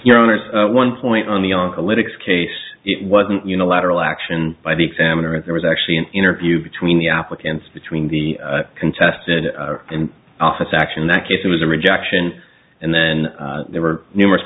honour's one point on the our political case it wasn't unilateral action by the examiner if there was actually an interview between the applicants between the contested and office action in that case it was a rejection and then there were numerous